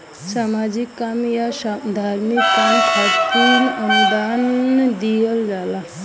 सामाजिक काम या धार्मिक काम खातिर अनुदान दिहल जाला